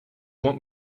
want